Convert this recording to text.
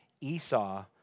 Esau